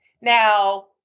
Now